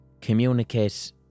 communicate